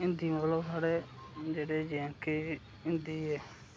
हिंदी मतलब साढ़े जेह्ड़े जे एंड के च हिंदी